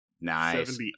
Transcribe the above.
Nice